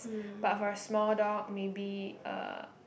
but for a small dog maybe uh